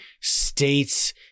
States